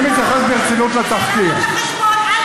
אני מתייחס ברצינות לתחקיר, לא בא בחשבון.